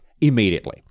immediately